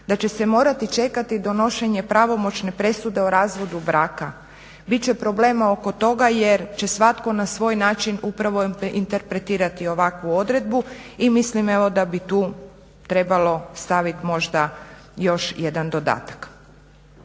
Da će se morati čekati donošenje pravomoćne presude o razvodu braka. Biti će problema oko toga jer će svatko na svoj način upravo interpretirati ovakvu odredbu i mislim evo da bi tu trebalo staviti možda još jedan dodatak.